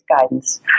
guidance